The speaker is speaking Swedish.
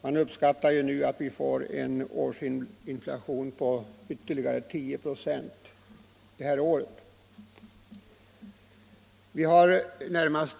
Man uppskattar att vi år 1975 får en inflation på ytterligare ca 10 96. I motionen har vi närmast